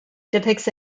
depicts